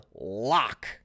lock